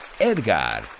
Edgar